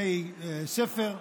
בתי ספר,